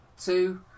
two